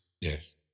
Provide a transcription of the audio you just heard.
Yes